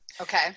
Okay